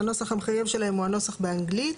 הנוסח המחייב שלהן הוא הנוסח באנגלית.